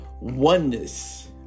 oneness